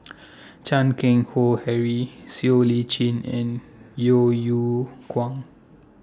Chan Keng Howe Harry Siow Lee Chin and Yeo Yeow Kwang